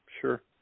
Sure